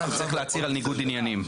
הוא צריך להצהיר על ניגוד עניינים.